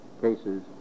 cases